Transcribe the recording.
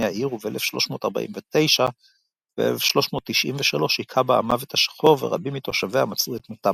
העיר וב-1349 ו-1393 הכה בה המוות השחור ורבים מתושביה מצאו את מותם.